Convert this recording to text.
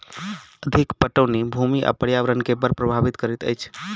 अधिक पटौनी भूमि आ पर्यावरण के बड़ प्रभावित करैत अछि